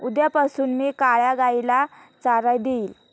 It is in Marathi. उद्यापासून मी काळ्या गाईला चारा देईन